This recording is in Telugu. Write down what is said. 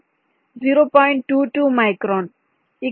22 మైక్రాన్ ఇక్కడ లాంబ్డా 0